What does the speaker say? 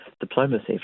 diplomacy